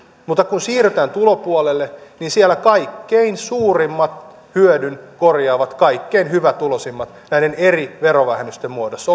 mutta kun siirrytään tulopuolelle niin siellä kaikkein suurimman hyödyn korjaavat kaikkein hyvätuloisimmat näiden eri verovähennysten muodossa